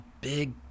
big